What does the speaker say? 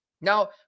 Now